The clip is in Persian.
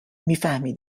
میفهمی